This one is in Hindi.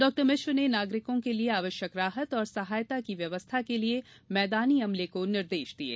डॉक्टर मिश्र ने नागरिकों के लिए आवश्यक राहत और सहायता की व्यवस्था के लिये मैदानी अमले को निर्देश दिये